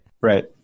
Right